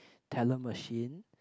teller machine